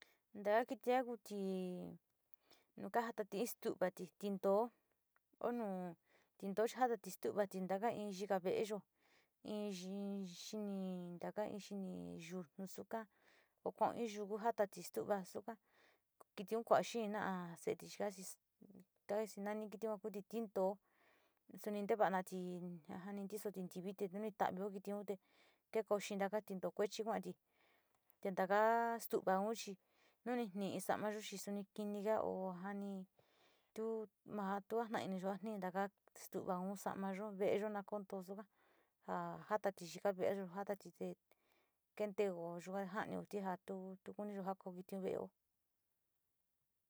Taa kitia kuti nu kajatati stuvati tintoo o nu tintoo jatati in taka yika veeyo in xini taka xini yunu suka o kua in yuku jatati stu´uva suka, kiliun kua´a xéé na seeti nani kiliun tintoo suni ntavanati ja ntisati ntivii nu ni tavio kitiun te keko xaaga tintoo kuachi kuati te ntaka stu´uva chi nu ni ñi´i samayo suni kini kaa i a jani tu ma jatainiyo ja tii taka stuvaun samayo, veeyo, na koo tuu suka, ja jatati xika ve´eyo jatati te kenteo yua janiti tu kuniyo ko kitiun ve´eyo.